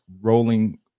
rolling